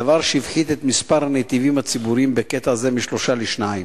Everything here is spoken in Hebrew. דבר שהפחית את מספר הנתיבים הציבוריים בקטע זה משלושה לשניים.